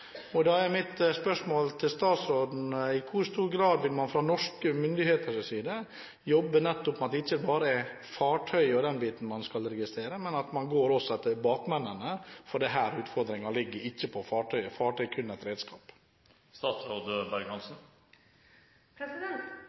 Da er mitt spørsmål til statsråden: I hvor stor grad vil man fra norske myndigheters side jobbe med at det ikke bare er fartøy og den biten man skal registrere, men at man også går etter bakmennene? Det er her utfordringen ligger, og ikke på fartøyet. Fartøyet er kun et redskap.